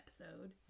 episode